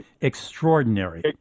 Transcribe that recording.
extraordinary